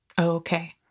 Okay